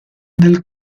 nel